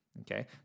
okay